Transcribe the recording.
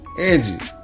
Angie